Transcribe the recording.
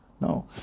No